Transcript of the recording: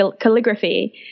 calligraphy